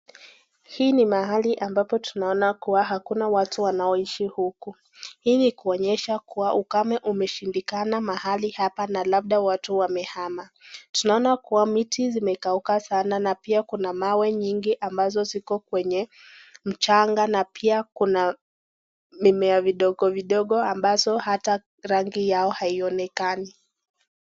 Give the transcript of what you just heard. Hapa ni mahali ambapo tunona kuwa hakuna watu wanaoishi huku. Hii ni kuonyesha kuwa ukame umeshindikana mahali hapa na labda watu wamehama. Tunona kuwa miti zimekauka sana na pia kuna mawe nyingi ambazo ziko kwenye mchanga na pia kuna mimea vidogo vidogo ambazo hata rangi yao haionekani.